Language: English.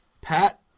Pat